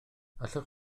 allwch